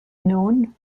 known